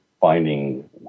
finding